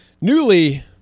newly